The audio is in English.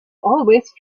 always